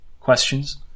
questions